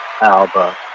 Alba